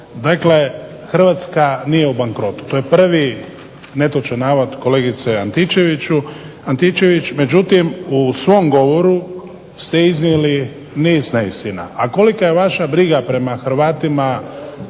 Dakle, Hrvatska nije u bankrotu. To je prvi netočan navod kolegice Antičević, međutim u svom govoru ste iznijeli niz neistina, a kolika je vaša briga prema Hrvatima